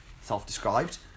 self-described